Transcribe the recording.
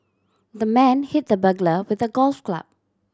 the man hit the burglar with a golf club